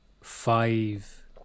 five